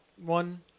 one